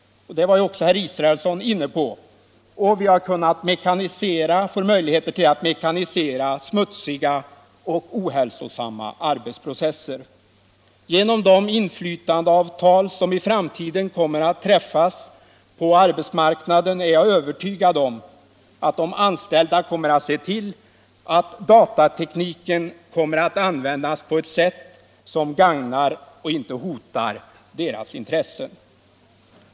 Det var också herr Israelsson inne på. Vi har fått möjligheter att mekanisera smutsiga och ohälsosamma ar betsprocesser. Genom de inflytandeavtal som i framtiden kommer att träffas på arbetsmarknaden är jag övertvgad om att de anställda kommer att se till att datatekniken kommer att användas på ett sätt som gagnar och inte hotar deras intressen.